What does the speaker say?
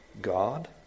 God